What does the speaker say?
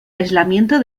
aislamiento